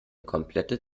komplette